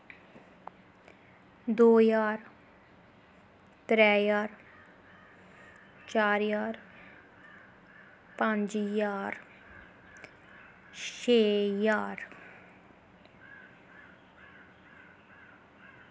दौ ज्हार त्रै ज्हार चार ज्हार पंज ज्हार छे ज्हार